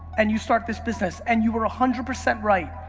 and you start this business, and you were a hundred percent right,